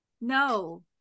No